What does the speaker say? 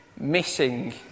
missing